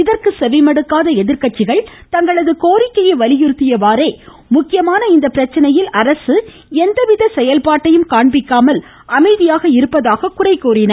இதற்கு செவிமடுக்காத எதிர்கட்சிகள் தங்களது கோரிக்கையை வலியுறுத்தியவாறே முக்கியமான இப்பிரச்சனையில் அரசு எந்தவித செயல்பாட்டையும் காண்பிக்காமல் அமைதியாக இருப்பதாக குறை கூறின